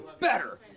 better